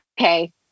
okay